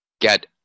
get